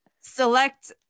select